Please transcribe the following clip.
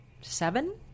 seven